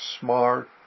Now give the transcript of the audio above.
Smart